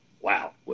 wow